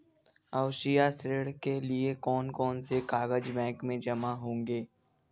आवासीय ऋण के लिए कौन कौन से कागज बैंक में जमा होंगे?